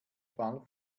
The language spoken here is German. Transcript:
fall